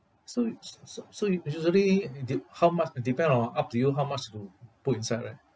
so so u~ usually dep~ how much depend on up to you how much to put inside right